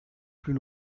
plus